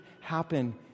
happen